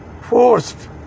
forced